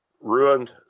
ruined